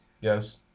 Yes